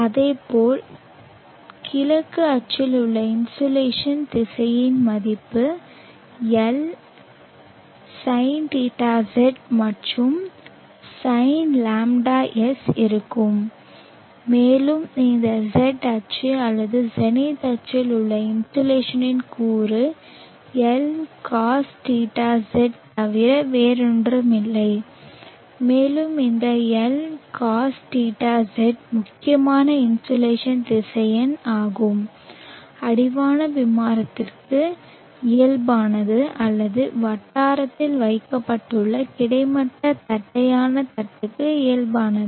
அதேபோல் கிழக்கு அச்சில் உள்ள இன்சோலேஷன் திசையனின் மதிப்பு L sinθz மற்றும் sinγs இருக்கும் மேலும் இந்த z அச்சு அல்லது ஜெனித் அச்சில் உள்ள இன்சோலேஷனின் கூறு L cosθz தவிர வேறொன்றுமில்லை மேலும் இந்த L cosθz முக்கியமான இன்சோலேஷன் திசையன் ஆகும் அடிவான விமானத்திற்கு இயல்பானது அல்லது வட்டாரத்தில் வைக்கப்பட்டுள்ள கிடைமட்ட தட்டையான தட்டுக்கு இயல்பானது